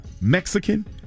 Mexican